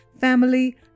family